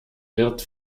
wird